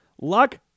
Luck